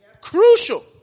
Crucial